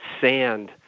sand